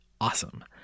awesome